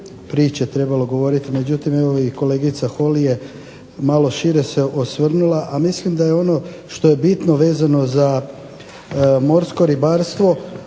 priče, trebalo govoriti. Međutim, evo i kolegica Holly je malo šire se osvrnula. A mislim da je ono što je bitno vezano za morsko ribarstvo